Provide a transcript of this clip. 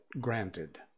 granted